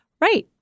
Right